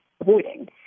avoiding